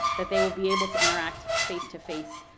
that they will be able to interact face to face,